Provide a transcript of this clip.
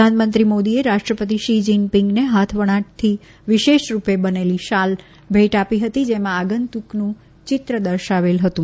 પ્રધાનમંત્રી મોદીએ રાષ્ટ્રપતિ શી જિનપિંગને હાથવણાટથી વિશેષરૂપે બનેલી શાલ ભેટ આપી હતી જેમાં આગંતુકનું ચિત્ર દર્શાવેલ હતું